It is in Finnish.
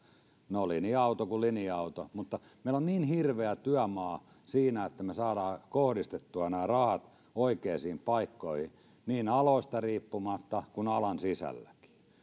no linja auto kuin linja auto meillä on niin hirveä työmaa siinä että me saamme kohdistettua nämä rahat oikeisiin paikkoihin niin alasta riippumatta kuin alan sisälläkin